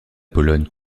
pologne